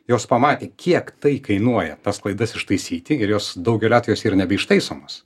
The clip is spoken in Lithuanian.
jos pamatė kiek tai kainuoja tas klaidas ištaisyti ir jos daugeliu atvejų nebeištaisomos